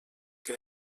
que